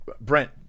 brent